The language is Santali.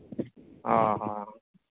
ᱦᱚᱸ ᱦᱚᱸ